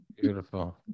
Beautiful